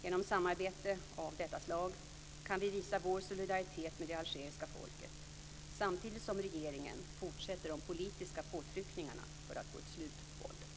Genom samarbete av detta slag kan vi visa vår solidaritet med det algeriska folket, samtidigt som regeringen fortsätter de politiska påtryckningarna för att få ett slut på våldet.